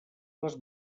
les